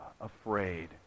afraid